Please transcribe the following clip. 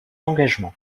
engagements